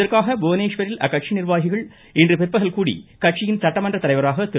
இதற்காக புவனேஷ்வரில் அக்கட்சி நிர்வாகிகள் இன்று பிற்பகல் கூடி கட்சியின் சட்டமன்ற தலைவராக திரு